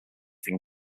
thing